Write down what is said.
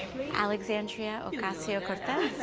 alexandria ocasio-cortez.